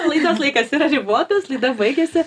laidos laikas yra ribotas laida baigiasi